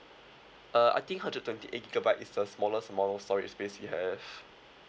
uh I think hundred twenty eight gigabyte is the smallest amount storage space we have